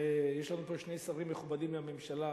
ויש לנו פה שני שרים מכובדים מהממשלה,